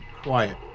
Quiet